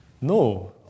No